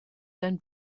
sein